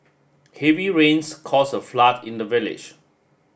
heavy rains caused a flood in the village